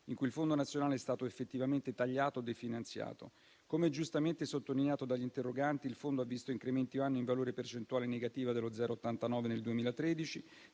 in cui il fondo nazionale è stato effettivamente tagliato o definanziato. Come giustamente sottolineato dagli interroganti, il fondo ha visto incrementi annui in valore percentuale negativo dello 0,89 nel 2013,